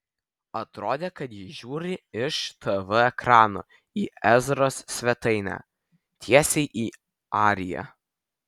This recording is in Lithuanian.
atrodė kad ji žiūri iš tv ekrano į ezros svetainę tiesiai į ariją